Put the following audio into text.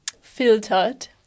filtered